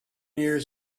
years